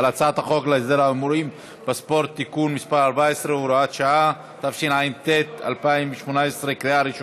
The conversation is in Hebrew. על הצעת החוק להסדר ההימורים בספורט (תיקון מס' 14 והוראת שעה),